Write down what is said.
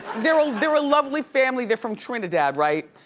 they're ah they're a lovely family, they're from trinidad, right?